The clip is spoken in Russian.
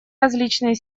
различные